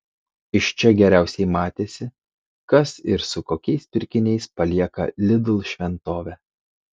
iš čia geriausiai matėsi kas ir su kokiais pirkiniais palieka lidl šventovę